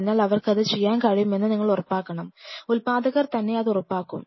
അതിനാൽ അവർക്കത് ചെയ്യാൻ കഴിയുമെന്ന് നിങ്ങൾ ഉറപ്പാക്കണം ഉത്പാദകർ തന്നെ അത് ഉറപ്പാക്കും